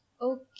okay